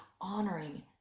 honoring